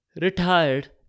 retired